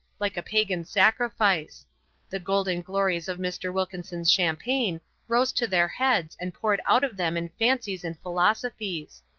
like a pagan sacrifice the golden glories of mr. wilkinson's champagne rose to their heads and poured out of them in fancies and philosophies.